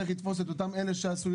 צריך לתפוס את אותם אלה שעשו,